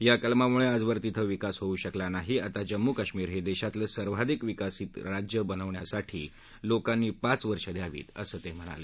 या कलमामुळे आजवर तिथं विकास होऊ शकला नाही आता जम्मू कश्मीर हे देशातलं सर्वाधिक विकसित राज्य बनवण्यासाठी लोकांनी पाच वर्षे द्यावीत असं ते म्हणाले